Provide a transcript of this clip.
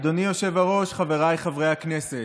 אדוני היושב-ראש, חבריי חברי הכנסת,